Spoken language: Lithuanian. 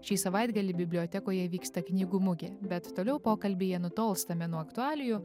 šį savaitgalį bibliotekoje vyksta knygų mugė bet toliau pokalbyje nutolstame nuo aktualijų